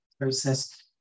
process